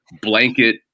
blanket